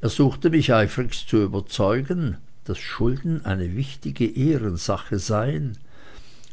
er suchte mich eifrigst zu überzeugen daß schulden eine wichtige ehrensache seien